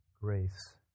grace